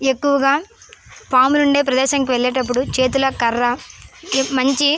ఎక్కువగా పాములు ఉండే ప్రదేశం కు వెళ్ళేటప్పుడు చేతిలో కర్ర మంచి